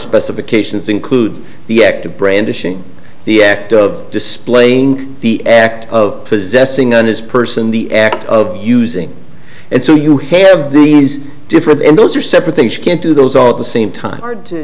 specifications include the act of brandishing the act of displaying the act of possessing on his person the act of using and so you have these different and those are separate things you can't do those all the same time to